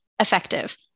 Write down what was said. effective